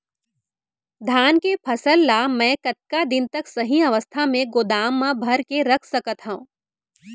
धान के फसल ला मै कतका दिन तक सही अवस्था में गोदाम मा भर के रख सकत हव?